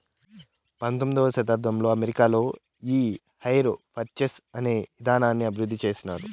పంతొమ్మిదవ శతాబ్దంలో అమెరికాలో ఈ హైర్ పర్చేస్ అనే ఇదానాన్ని అభివృద్ధి చేసినారు